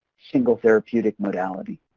single therapeutic modality.